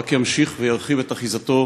ורק ימשיך וירחיב את אחיזתו